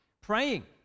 praying